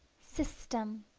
system